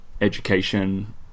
education